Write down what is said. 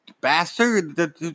bastard